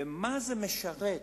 ומה זה משרת,